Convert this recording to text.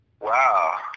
Wow